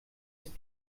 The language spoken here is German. ist